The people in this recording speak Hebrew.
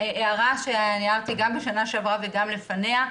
הערה שהערתי גם בשנה שעברה וגם לפניה,